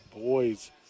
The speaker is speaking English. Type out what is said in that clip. boys